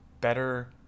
better